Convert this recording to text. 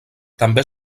també